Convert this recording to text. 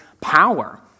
power